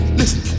listen